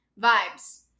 vibes